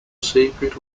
secret